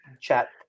chat